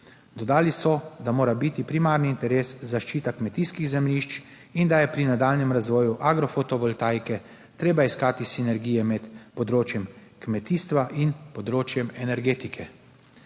Dodali so, da mora biti primarni interes zaščita kmetijskih zemljišč in da je pri nadaljnjem razvoju agrofotovoltaike treba iskati sinergije med področjem kmetijstva in področjem energetike.